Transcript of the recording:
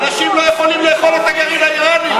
אנשים לא יכולים לאכול את הגרעין האיראני,